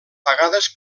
pagades